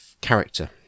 character